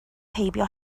heibio